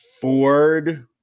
Ford